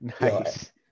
Nice